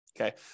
Okay